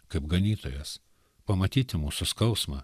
kaip ganytojas pamatyti mūsų skausmą